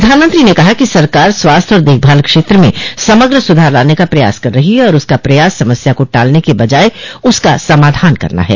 प्रधानमंत्री ने कहा कि सरकार स्वास्थ्य और देखभाल क्षेत्र में समग्र सुधार लाने का प्रयास कर रही है और उसका प्रयास समस्या को टालने की बजाय उसका समाधान करना है